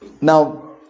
Now